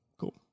cool